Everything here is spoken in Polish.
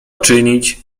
czynić